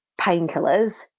painkillers